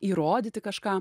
įrodyti kažką